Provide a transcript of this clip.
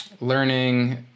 learning